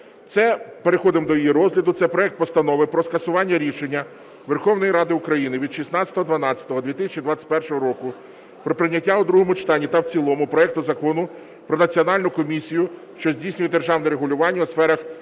Переходимо до її розгляду. Це проект Постанови про скасування рішення Верховної Ради України від 16.12.2021 року про прийняття у другому читанні та в цілому проекту Закону про Національну комісію, що здійснює державне регулювання у сферах електронних